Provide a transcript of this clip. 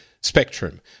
spectrum